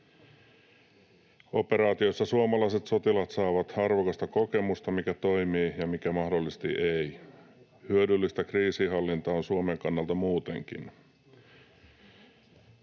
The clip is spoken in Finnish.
Operaatioissa suomalaiset sotilaat saavat arvokasta kokemusta siitä, mikä toimii ja mikä mahdollisesti ei. Hyödyllistä kriisinhallinta on Suomen kannalta muutenkin.